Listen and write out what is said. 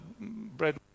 bread